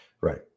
right